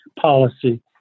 policy